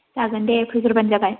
जागोन दे फैग्रोब्लानो जाबाय